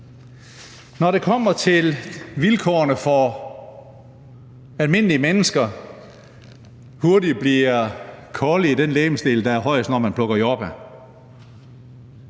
når det kommer til vilkårene for almindelige mennesker, hurtigt bliver kolde i den legemsdel, der er højest, når man plukker jordbær.